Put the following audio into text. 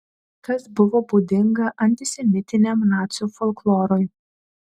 kas buvo būdinga antisemitiniam nacių folklorui